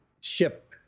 ship